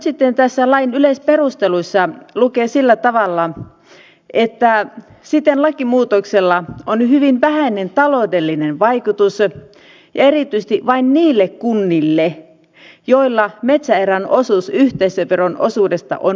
nyt näissä lain yleisperusteluissa lukee sillä tavalla että siten lakimuutoksella on hyvin vähäinen taloudellinen vaikutus ja erityisesti vain niille kunnille joilla metsäerän osuus yhteisövero osuudesta on merkittävä